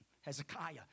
Hezekiah